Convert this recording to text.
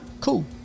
cool